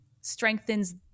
strengthens